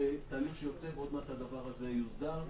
זה תהליך שיוצא ועוד מעט הדבר הזה יוסדר,